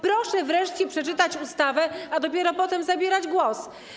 Proszę wreszcie przeczytać ustawę, a dopiero potem zabierać głos.